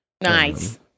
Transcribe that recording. Nice